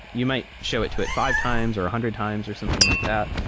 you might show it to it five times, or a hundred times, or something like that.